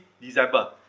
December